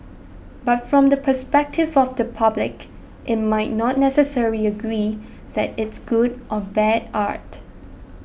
but from the perspective of the public it might not necessarily agree that it's good or bad art